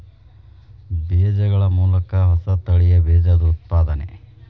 ಬೇಜಗಳ ಮೂಲಕ ಹೊಸ ತಳಿಯ ಬೇಜದ ಉತ್ಪಾದನೆ